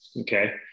okay